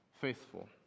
faithful